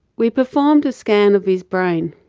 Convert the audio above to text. we performed a scan of his brain.